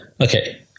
okay